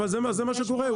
אבל זה מה שקורה.